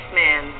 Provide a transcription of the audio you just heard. man